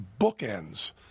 bookends